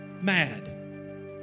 Mad